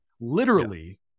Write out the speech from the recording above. Literally-